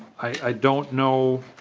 i don't know